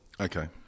Okay